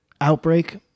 Outbreak